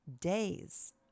days